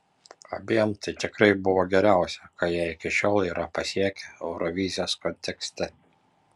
abiem tai tikrai buvo geriausia ką jie iki šiol yra pasiekę eurovizijos kontekste